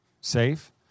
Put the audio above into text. safe